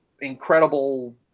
incredible